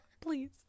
Please